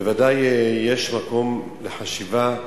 בוודאי יש מקום לחשיבה,